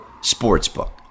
sportsbook